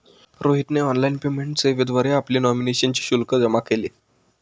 रोहितने online payment सेवेद्वारे आपली नॉमिनेशनचे शुल्क जमा केले